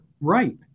right